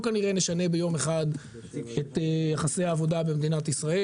כנראה שלא נשנה ביום אחד את יחסי העבודה במדינת ישראל.